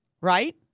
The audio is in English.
right